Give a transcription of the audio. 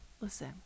listen